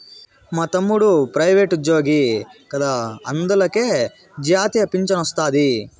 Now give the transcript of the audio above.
మా తమ్ముడు ప్రైవేటుజ్జోగి కదా అందులకే జాతీయ పింఛనొస్తాది